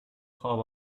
خواب